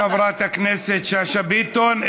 תודה לחברת הכנסת שאשא ביטון.